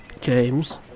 James